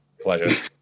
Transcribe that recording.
pleasure